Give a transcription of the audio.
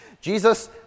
Jesus